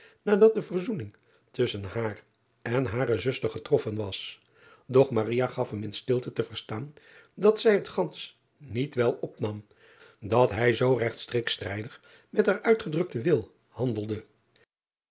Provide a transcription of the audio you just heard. nadat de verzoening tusschen haar en hare zuster getroffen was doch gaf hem in stilte te verdaan dat zij het gansch niet wel opnam dat hij zoo regtstreeks strijdig met haar uitgedrukten wil handelde